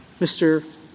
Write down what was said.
Mr. —